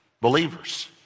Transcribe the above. believers